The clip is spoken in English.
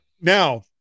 Now